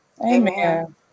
Amen